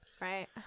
Right